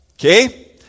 Okay